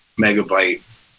megabyte